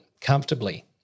comfortably